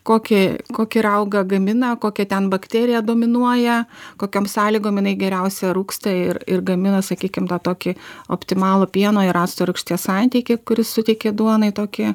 kokį kokį raugą gamina kokia ten bakterija dominuoja kokiom sąlygom jinai geriausia rūgsta ir ir gamina sakykim tą tokį optimalų pieno ir acto rūgšties santykį kuris suteikia duonai tokį